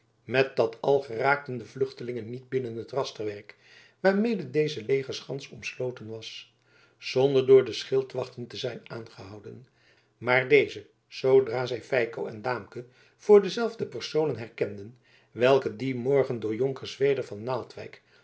met dat al geraakten de vluchtelingen niet binnen het rasterwerk waarmede deze legerschans omsloten was zonder door de schildwachten te zijn aangehouden maar dezen zoodra zij feiko en daamke voor dezelfde personen herkenden welke dien morgen door jonker zweder van naaldwijk